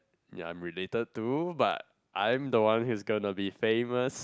yeah I'm related to but I'm the one who's gonna be famous